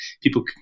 people